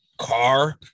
car